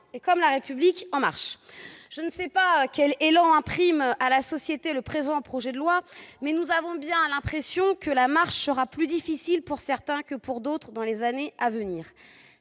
est, comme la République, en marche ! Je ne sais pas quel « ÉLAN » imprime à la société le présent projet de loi, mais nous avons bien l'impression que la marche sera plus difficile pour certains que pour d'autres dans les années à venir.